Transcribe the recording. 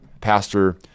pastor